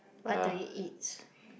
what do you eats